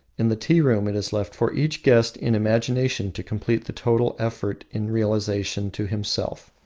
in the tea-room it is left for each guest in imagination to complete the total effect in relation to himself.